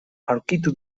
aurkitu